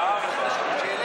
זה לא